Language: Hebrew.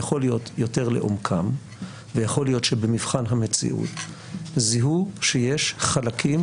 יכול להיות יותר לעומקם ויכול להיות שבמבחן המציאות זיהו שיש חלקים